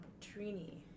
Trini